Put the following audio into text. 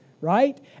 right